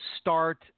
start